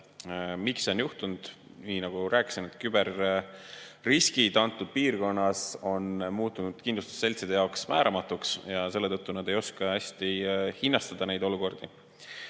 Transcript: Miks see on juhtunud? Nii nagu rääkisin, küberriskid on siin piirkonnas muutunud kindlustusseltside jaoks määramatuks ja selle tõttu nad ei oska neid hästi hinnastada. Ja mida